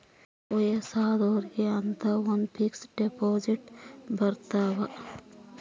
ವಯಸ್ಸಾದೊರ್ಗೆ ಅಂತ ಒಂದ ಫಿಕ್ಸ್ ದೆಪೊಸಿಟ್ ಬರತವ